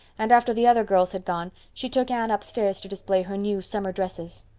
and after the other girls had gone she took anne upstairs to display her new summer dresses.